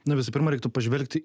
na visų pirma reiktų pažvelgti